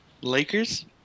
Lakers